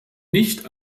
nicht